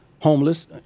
homeless